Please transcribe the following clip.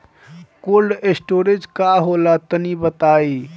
Cold storage का होला तनि बताई?